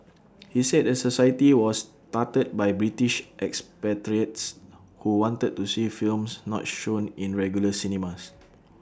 he said the society was started by British expatriates who wanted to see films not shown in regular cinemas